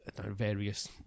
various